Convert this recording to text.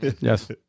yes